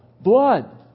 Blood